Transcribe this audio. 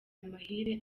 amahire